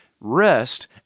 rest